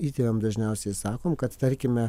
įtėviam dažniausiai sakome kad tarkime